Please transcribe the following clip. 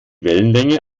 wellenlänge